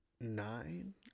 nine